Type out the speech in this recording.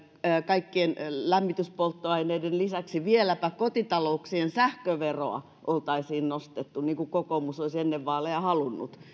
kaikkien lämmityspolttoaineiden lisäksi vieläpä kotitalouksien sähköveroa oltaisiin nostettu niin kuin kokoomus olisi ennen vaaleja halunnut